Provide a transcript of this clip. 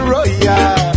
Royal